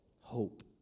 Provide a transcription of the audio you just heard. Hope